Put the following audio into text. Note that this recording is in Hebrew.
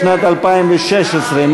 לשנת 2016,